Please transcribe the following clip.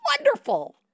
wonderful